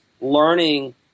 learning